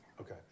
Okay